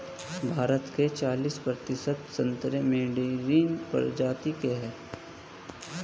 भारत के चालिस प्रतिशत संतरे मैडरीन प्रजाति के हैं